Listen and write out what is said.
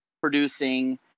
producing